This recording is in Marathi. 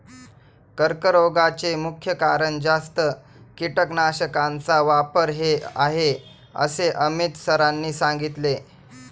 कर्करोगाचे मुख्य कारण जास्त कीटकनाशकांचा वापर हे आहे असे अमित सरांनी सांगितले